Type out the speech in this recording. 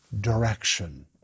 direction